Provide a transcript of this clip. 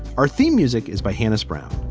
our theme music is by hani's brown.